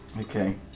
Okay